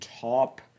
top-